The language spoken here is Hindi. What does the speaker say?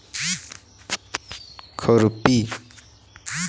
गाजर की निराई के लिए कौन सी मशीन अधिक उपयोगी है?